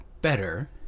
better